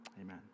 amen